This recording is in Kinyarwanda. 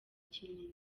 kinini